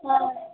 ಹಾಂ